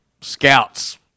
scouts